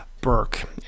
Burke